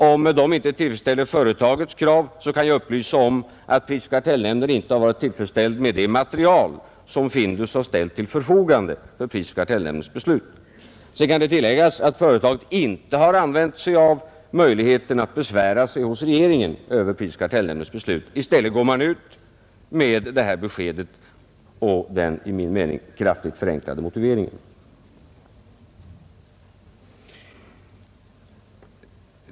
Om de inte tillfredsställer företagets krav kan jag upplysa om att prisoch kartellnämnden inte har varit tillfredsställd med det material som Findus ställt till förfogande för prisoch kartellnämndens beslut. Det kan tilläggas att företaget inte har använt sig av möjligheten att besvära sig hos regeringen över prisoch kartellnämndens beslut. I stället går man ut med detta besked och den enligt min mening kraftigt förenklade motiveringen.